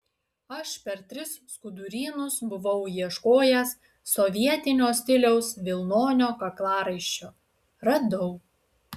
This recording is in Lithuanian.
aš per tris skudurynus buvau ieškojęs sovietinio stiliaus vilnonio kaklaraiščio radau